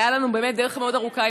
הייתה לנו באמת דרך מאוד ארוכה,